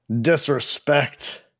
disrespect